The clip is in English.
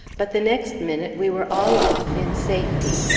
but the next minute we were all off, in safety.